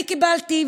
אני קיבלתי,